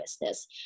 business